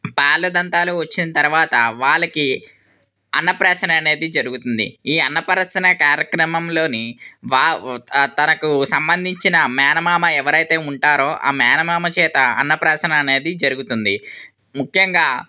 పాల దంతాలు వచ్చిన తర్వాత వాళ్ళకి అన్నప్రాసన అనేది జరుగుతుంది ఈ అన్నప్రాసన కార్యక్రమంలోని వా తనకు సంబంధించిన మేనమామ ఎవరైతే ఉంటారో ఆ మేనమామ చేత అన్నప్రాసన అనేది జరుగుతుంది ముఖ్యంగా